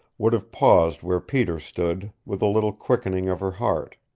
would have paused where peter stood, with a little quickening of her heart.